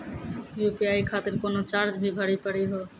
UPI खातिर कोनो charge भी भरी पड़ी हो?